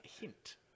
hint